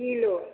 kilo